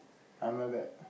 I'm like that